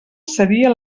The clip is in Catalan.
seria